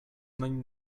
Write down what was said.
nań